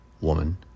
woman